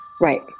Right